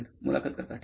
मुलाखत कर्ता ठीक आहे